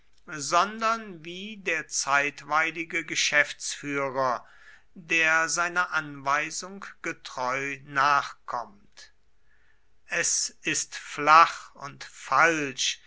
sondern wie der zeitweilige geschäftsführer der seiner anweisung getreu nachkommt es ist flach und falsch